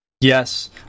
yes